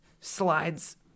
slides